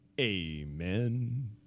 Amen